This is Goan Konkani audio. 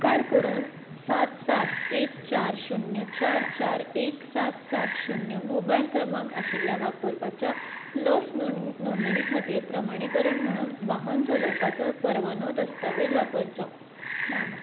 उपकार करून सात सात एक चार शुन्य चार चार एक सात सात शुन्य मोबायल क्रमांक आशिल्ल्या वापरप्याच्या लस नोंदणी खातीर प्रमाणीकरण म्हणून वाहन चलोवपाचो परवानो दस्तावेज वापरचो नामा